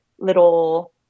little